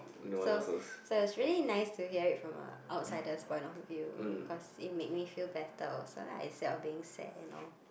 so so it's really nice to hear it from a outsider's point of view cause it made me feel better also lah instead of being sad and all